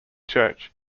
church